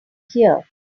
here